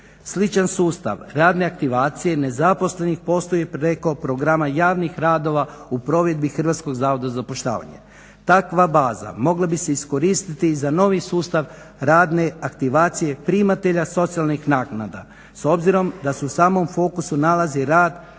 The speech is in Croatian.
Sličan sustav radne aktivacije nezaposlenih postoji preko programa javnih radova u provedbi Hrvatskog zavoda za zapošljavanje. Takva baza mogla bi se iskoristiti i za novi sustav radne aktivacije primatelja socijalnih naknada s obzirom da su u samom fokusu nalazi rad